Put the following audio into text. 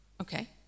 okay